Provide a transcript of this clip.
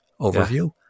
overview